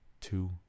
two